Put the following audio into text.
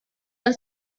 are